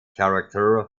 character